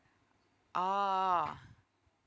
oh